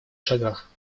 шагах